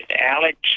Alex